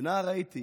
ונער הייתי